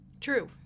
True